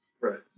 right